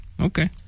okay